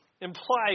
imply